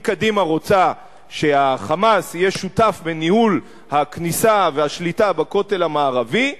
אם קדימה רוצה שה"חמאס" יהיה שותף בניהול הכניסה והשליטה בכותל המערבי,